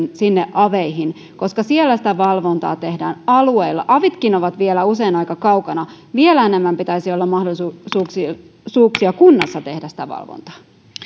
aveihin koska siellä sitä valvontaa tehdään alueilla avitkin ovat vielä usein aika kaukana vielä enemmän pitäisi olla mahdollisuuksia kunnassa tehdä sitä valvontaa